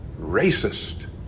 racist